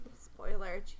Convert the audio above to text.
Spoiler